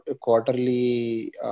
quarterly